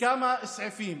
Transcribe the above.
בכמה סעיפים,